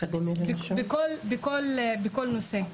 בכל נושא.